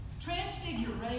Transfiguration